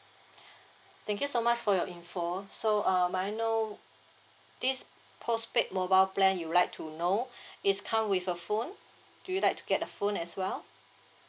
thank you so much for your information so uh may I know this postpaid mobile plan you like to know is come with a phone do you like to get a phone as well